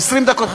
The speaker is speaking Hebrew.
20 דקות,